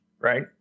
right